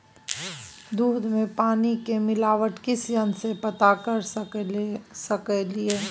दूध में पानी के मिलावट किस यंत्र से पता कर सकलिए?